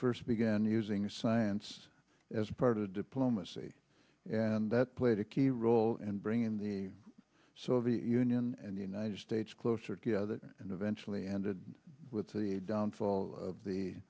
first began using science as part of diplomacy and that played a key role in bringing the soviet union and the united states closer together and eventually ended with the downfall of the